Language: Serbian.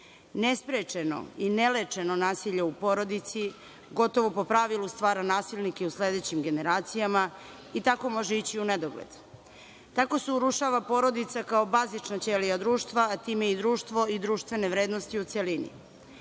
Ne sprečeno i ne lečeno nasilje u porodici gotovo po pravilu stvara nasilnike u sledećim generacijama, i tako može ići u nedogled. Tako se urušava porodica kao bazična ćelija društva, a time i društvo i društvene vrednosti u celini. Sa